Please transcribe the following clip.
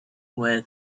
where